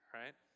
right